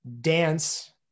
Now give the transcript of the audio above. dance